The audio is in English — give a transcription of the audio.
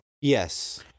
Yes